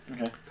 Okay